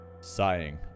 Sighing